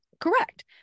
Correct